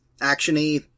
action-y